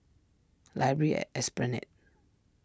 Library at Esplanade